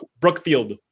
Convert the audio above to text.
Brookfield